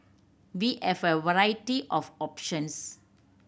we have a variety of options